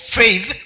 faith